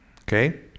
okay